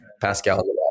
pascal